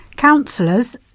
councillors